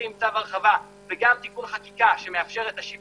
עם צו הרחבה וגם תיקון חקיקה שמאפשר את השיפוי,